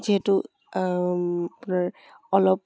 যিহেতু আপোনাৰ অলপ